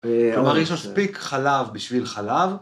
כלומר יש מספיק חלב בשביל חלב